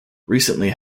recently